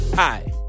Hi